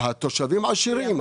התושבים עשירים.